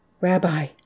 Rabbi